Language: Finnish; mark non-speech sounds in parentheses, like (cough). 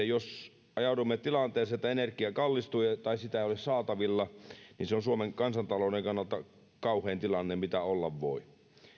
(unintelligible) jos ajaudumme tilanteeseen että energia kallistuu tai sitä ei ole saatavilla se on suomen kansantalouden kannalta kauhein tilanne mitä olla voi